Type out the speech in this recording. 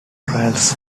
trials